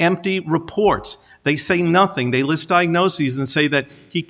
empty reports they say nothing they list diagnoses and say that he